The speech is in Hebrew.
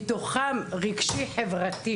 מתוכן רגשי-חברתי,